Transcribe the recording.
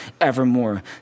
evermore